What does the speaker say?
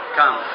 come